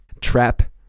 trap